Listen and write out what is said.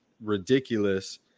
ridiculous